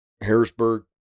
Harrisburg